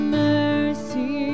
mercy